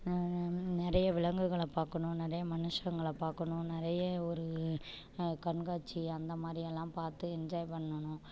நிறைய விலங்குகளை பார்க்கணும் நிறைய மனுஷங்களை பார்க்கணும் நிறைய ஒரு கண்காட்சி அந்த மாதிரியெல்லாம் பார்த்து என்ஜாய் பண்ணனும்